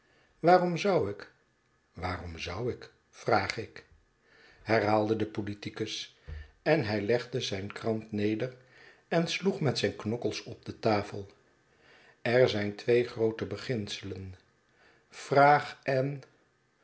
waarom zou ik waarom zou ik vraag ik herhaalde de politicus en hij legde zijn krant neder en sloeg met zijn knokkeis op de tafel er zijn twee groote beginselen vraag en